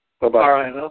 Bye-bye